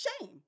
shame